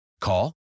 Call